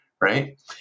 right